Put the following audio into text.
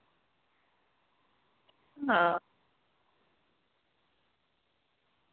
आं